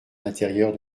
l’intérieur